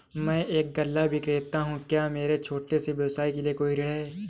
मैं एक गल्ला विक्रेता हूँ क्या मेरे छोटे से व्यवसाय के लिए कोई ऋण है?